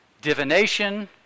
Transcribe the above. divination